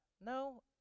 No